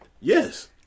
Yes